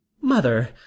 mother